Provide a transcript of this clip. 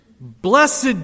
Blessed